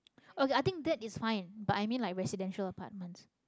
okay i think that is fine but i mean like residential apartments